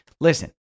listen